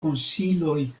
konsiloj